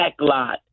Backlot